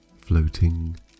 floating